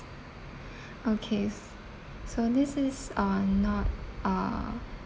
okay s~ so this is uh not uh